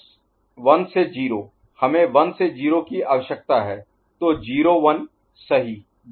1 से 0 हमें 1 से 0 की आवश्यकता है तो 0 1 सही 0 1